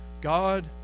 God